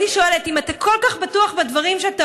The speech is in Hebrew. אני שואלת: אם אתה כל כך בטוח בדברים שאתה